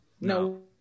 no